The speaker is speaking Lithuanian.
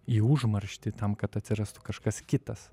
į užmarštį tam kad atsirastų kažkas kitas